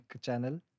channel